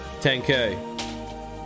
10k